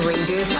Radio